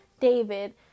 David